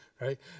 right